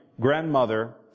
grandmother